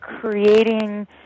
creating